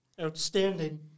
Outstanding